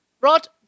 Rod